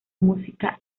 música